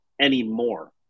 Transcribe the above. anymore